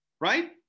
right